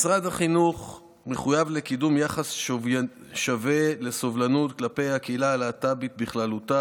משרד החינוך מחויב לקידום יחס שווה וסובלנות כלפי הקהילה הלהט"בית בכללותה